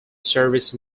service